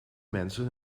mensen